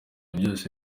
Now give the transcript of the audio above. byose